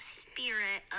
spirit